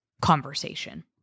conversation